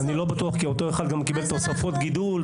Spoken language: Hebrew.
אני לא בטוח כי אותו אחד קיבל תוספות גידול,